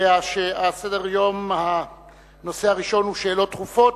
הנושא הראשון על סדר-היום הוא שאלות דחופות,